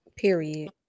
Period